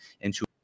into-